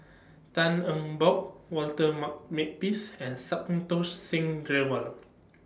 Tan Eng Bock Walter Ma Makepeace and Santokh Singh Grewal